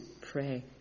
pray